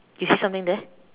you see something there